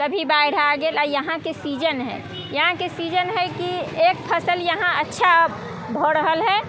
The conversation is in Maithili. कभी बाढ़ि आबि गेल आ यहाँके सीजन हइ यहाँके सीजन हइ की एक फसल यहाँ अच्छा भऽ रहल हइ